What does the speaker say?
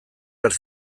behar